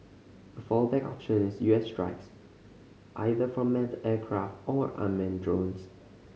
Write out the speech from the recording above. a fallback option is U S strikes either from manned aircraft or unmanned drones